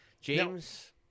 James